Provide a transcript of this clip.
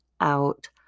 out